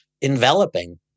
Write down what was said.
enveloping